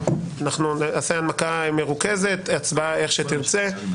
נעשה הנמקה מרוכזת והצבעה איך שתרצה,